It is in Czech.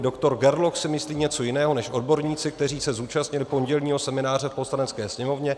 Doktor Gerloch si myslí něco jiného než odborníci, kteří se zúčastnili pondělního semináře v Poslanecké sněmovně.